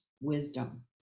wisdom